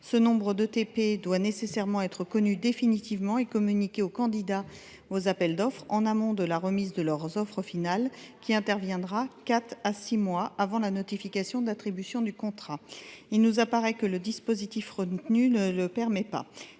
Le nombre d’ETP à transférer doit être connu définitivement et communiqué aux candidats aux appels d’offres en amont de la remise de leurs offres finales, qui interviendra quatre à six mois avant la notification d’attribution du contrat. Or le dispositif retenu ne le permet pas.